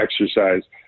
exercise –